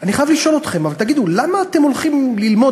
אני חייב לשאול אתכם, למה אתם הולכים ללמוד?